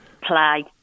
play